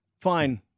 Fine